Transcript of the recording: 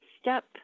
step